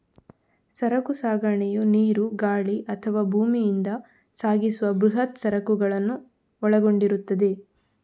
ಸರಕು ಸಾಗಣೆಯು ನೀರು, ಗಾಳಿ ಅಥವಾ ಭೂಮಿಯಿಂದ ಸಾಗಿಸುವ ಬೃಹತ್ ಸರಕುಗಳನ್ನು ಒಳಗೊಂಡಿರುತ್ತದೆ